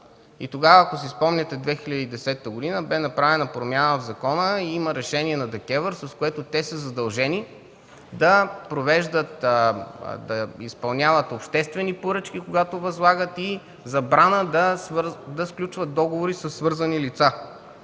И тогава, ако си спомняте, в 2010 г. бе направена промяна в закона и има решение на ДКЕВР, с което те са задължени да изпълняват обществени поръчки, когато възлагат и забрана да сключват договори със свързани лица.